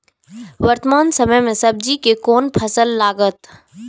वर्तमान समय में सब्जी के कोन फसल लागत?